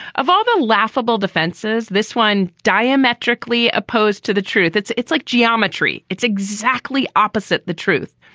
of all the laughable defenses, this one diametrically opposed to the truth. it's it's like geometry. it's exactly opposite the truth.